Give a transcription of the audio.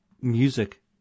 music